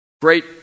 Great